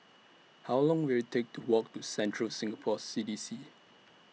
How Long Will IT Take to Walk to Central Singapore C D C